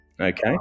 Okay